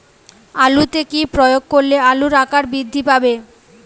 আলুতে কি প্রয়োগ করলে আলুর আকার বৃদ্ধি পাবে?